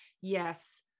yes